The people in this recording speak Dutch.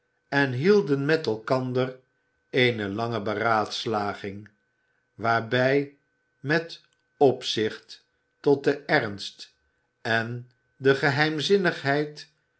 en hielden met elkander eene lange beraadslaging waarbij met opzicht tot den ernst en de geheimzinnigheid